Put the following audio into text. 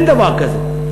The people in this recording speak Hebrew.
אין דבר כזה.